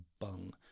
bung